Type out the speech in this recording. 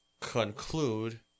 conclude